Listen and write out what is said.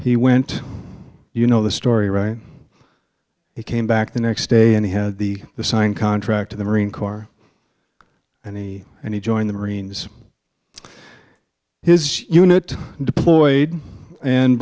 he went you know the story right he came back the next day and he had the the signed contract to the marine corps and he and he joined the marines his unit deployed and